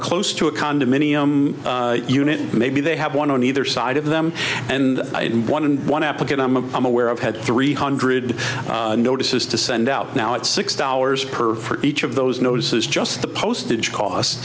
close to a condominium unit and maybe they have one on either side of them and one in one applicant i'm a i'm aware of had three hundred notices to send out now at six dollars per each of those notices just the postage costs